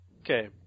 Okay